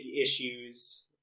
issues